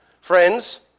friends